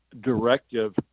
directive